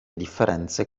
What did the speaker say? differenze